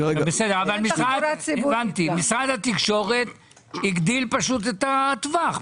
משרד התקשורת פשוט הגדיל את הטווח,